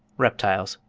reptiles.